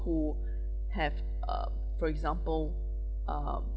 who have um for example um